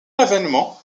l’avènement